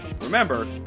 Remember